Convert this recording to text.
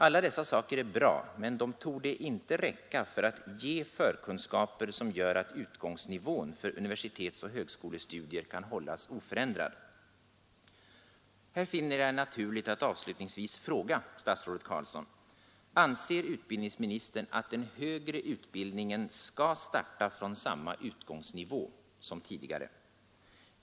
Alla dessa saker är bra — men det torde inte räcka för att ge förkunskaper som gör att utgångsnivån för universitetsoch högskolestudier kan hållas oförändrad. Anser utbildningsministern att den högre utbildningen skall starta från samma utgångsnivå som tidigare?